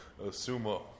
sumo